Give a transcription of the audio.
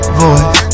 voice